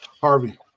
Harvey